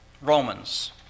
Romans